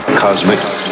cosmic